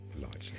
Largely